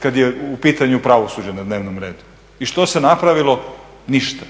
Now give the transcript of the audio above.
kad je u pitanju pravosuđe na dnevnom redu. I što se napravilo? Ništa.